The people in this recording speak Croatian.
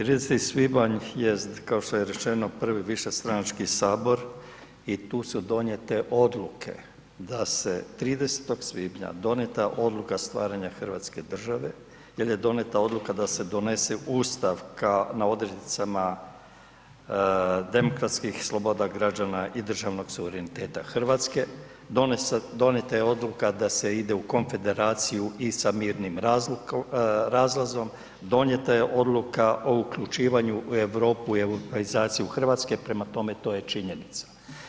30. svibanj jest kao što je rečeno prvi višestranački sabor i tu su donijete odluke da se 30. svibnja donijeta odluka stvaranja Hrvatske države jer je donijeta odluka da se donese Ustav na odrednicama demokratskih sloboda građana i državnog suvereniteta Hrvatske, donijeta je odluka da se ide u konfederaciju i sa mirnim razlazom, donijeta je odluka o uključivanju u Europu i europeizaciju Hrvatske, prema tome to je činjenica.